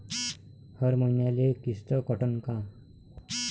हर मईन्याले किस्त कटन का?